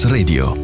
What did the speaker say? Radio